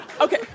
okay